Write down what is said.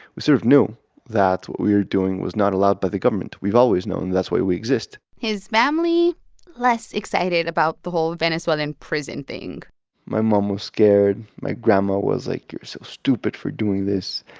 we sort of knew that what we were doing was not allowed by the government. we've always known. and that's why we exist his family less excited about the whole venezuelan prison thing my mom was scared. my grandma was like, you're so stupid for doing this.